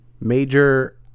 Major